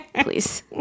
please